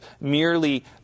merely